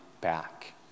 back